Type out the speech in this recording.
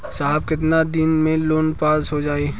साहब कितना दिन में लोन पास हो जाई?